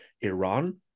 Iran